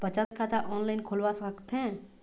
बचत खाता ऑनलाइन खोलवा सकथें?